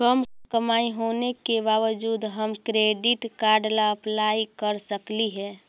कम कमाई होने के बाबजूद हम क्रेडिट कार्ड ला अप्लाई कर सकली हे?